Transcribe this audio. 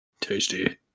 Tasty